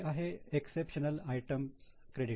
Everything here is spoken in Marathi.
पुढे आहे एक्सेप्शनल आयटम्स क्रेडिट